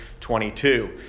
22